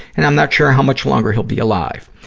and i'm not sure how much longer he'll be alive.